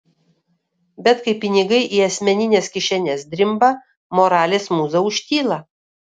bet kai pinigai į asmenines kišenes drimba moralės mūza užtyla